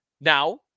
Now